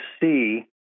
see